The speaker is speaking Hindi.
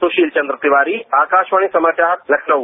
सुशील चंद्र तिवारी आकाशवाणी समाचार लखनऊ